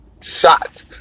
shot